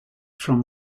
from